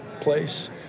place